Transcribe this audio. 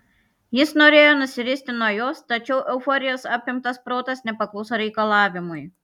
jis norėjo nusiristi nuo jos tačiau euforijos apimtas protas nepakluso reikalavimui